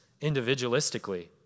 individualistically